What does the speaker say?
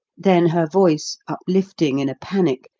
then her voice, uplifting in a panic,